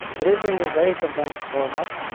it is in a very condensed format.